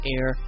air